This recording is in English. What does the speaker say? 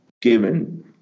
given –